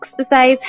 Exercise